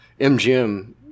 MGM